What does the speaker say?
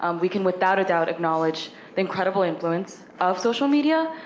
um we can without a doubt acknowledge the incredible influence of social media.